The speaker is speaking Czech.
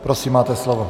Prosím máte slovo.